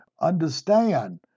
understand